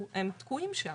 הם תקועים שם.